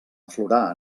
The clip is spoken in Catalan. aflorar